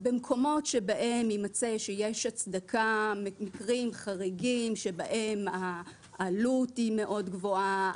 במקומות שבהם ימצא שיש הצדקה במקרים חריגים שבהם העלות היא מאוד גבוהה,